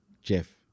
Jeff